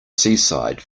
seaside